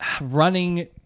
running